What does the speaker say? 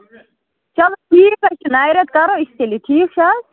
چلو ٹھیٖک حظ چھُ نَوِ رٮ۪تہٕ کرو أسۍ تیٚلہِ یہِ ٹھیٖک چھےٚ حظ